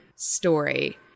Story